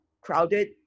crowded